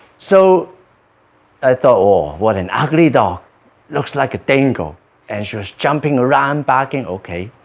so i thought oh what an ugly dog looks like a dingo and she was jumping around barking ok,